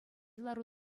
лару